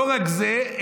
לא רק זה,